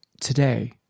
today